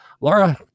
Laura